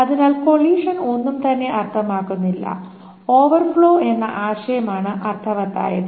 അതിനാൽ കൊളീഷൻ ഒന്നും തന്നെ അർത്ഥമാക്കുന്നില്ല ഓവർഫ്ലോ എന്ന ആശയം ആണ് അർത്ഥവത്തായത്